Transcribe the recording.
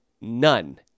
None